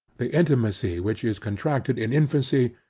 the intimacy which is contracted in infancy,